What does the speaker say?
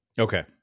Okay